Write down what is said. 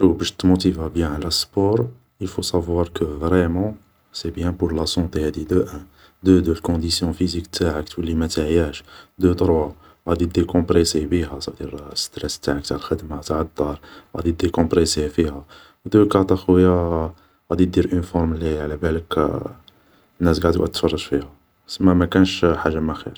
شو باش تموتيفا بيان على السبور, ايلفو صافوار كو فريمون سي بيان بور لا صونطي, هادي دو ان, دو دو, الكنديسيون فيزيك تاعك تولي ما تعياش, دو تروا, غادي ديكومبريسي بيها, صا فو دير ستراس تاعك تاع الخدمة تاع الدار غادي ديكومبريسيه فيها, دو كات ا خويا, غادي دير اون فورم لي علابالك ناس قاع تقعد تتفرج فيها, سما ما كانش حاجة ما خير